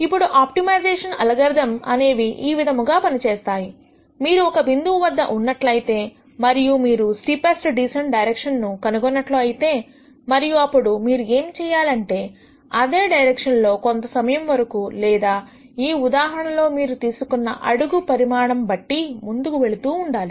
ఇప్పుడు optimisation algorithms అనేవి ఈ విధముగా పని చేస్తాయి మీరు ఒక బిందువు వద్ద ఉన్నట్లయితే మరియు మీరు స్టీపెస్ట్ డీసెంట్ డైరెక్షన్ ను కనుగొన్నట్లు అయితే మరియు అప్పుడు మీరు ఏమి చేయాలి అంటే అదే డైరక్షన్ లో కొంత సమయం వరకు లేదా ఈ ఉదాహరణలో మీరు తీసుకున్న అడుగు పరిమాణం బట్టి ముందుకు వెళుతూ ఉండాలి